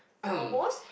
almost